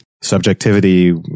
subjectivity